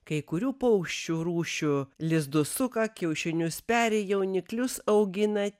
kai kurių paukščių rūšių lizdus suka kiaušinius peri jauniklius augina